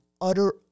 utter